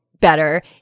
better